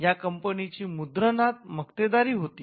या कंपनीची मुद्रणात मक्तेदारी होती